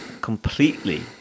completely